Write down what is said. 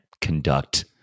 conduct